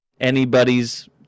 anybody's